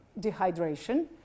dehydration